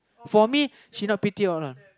for me she not pretty